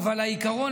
אבל העיקרון,